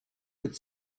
could